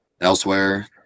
elsewhere